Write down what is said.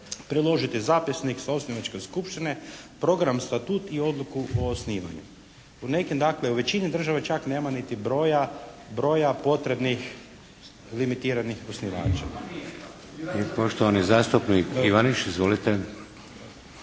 priložiti zapisnik sa osnivačke skupštine, program, Statut i odluku o osnivanju. Po nekim dakle, u većini država nema čak niti broja potrebnih limitiranih osnivača. **Šeks, Vladimir (HDZ)** I poštovani zastupnik Ivaniš. Izvolite!